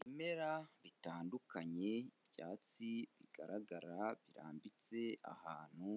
Ibimera bitandukanye, byatsi bigaragara birambitse ahantu